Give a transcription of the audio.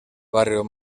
barrio